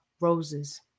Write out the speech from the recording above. Roses